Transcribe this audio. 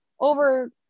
over